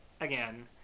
again